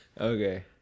Okay